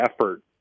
effort